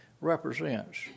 represents